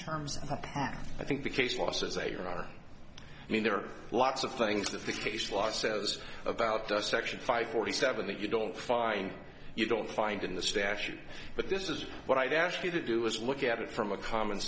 apart i think the case law says they are i mean there are lots of things of the case law says about does section five forty seven that you don't find you don't find in the statute but this is what i'd ask you to do is look at it from a common